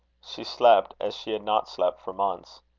she slept as she had not slept for months.